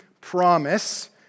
promise